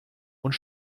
und